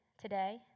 today